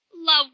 Love